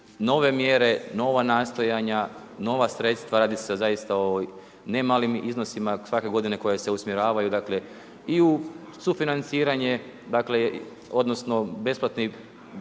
nove mjere, nova nastojanja, nova sredstva, radi se o zaista o ne malim iznosima. Svake godine koje se usmjeravaju i u sufinanciranje odnosno besplatni